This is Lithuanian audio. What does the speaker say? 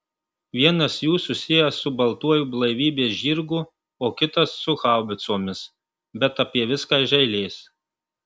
vienas jų susijęs su baltuoju blaivybės žirgu o kitas su haubicomis bet apie viską iš eilės